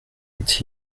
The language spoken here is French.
ont